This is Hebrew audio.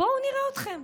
בואו נראה אתכם.